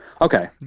Okay